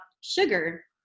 sugar